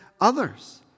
others